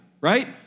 right